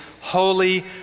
holy